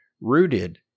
rooted